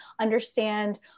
understand